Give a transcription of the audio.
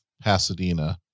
Pasadena